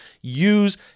use